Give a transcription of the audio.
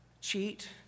Cheat